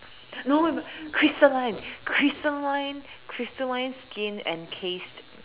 no crystalline crystalline crystalline skin encased